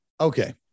Okay